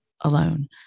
alone